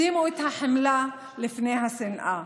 שימו את החמלה לפני השנאה.